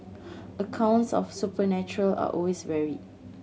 accounts of supernatural are always varied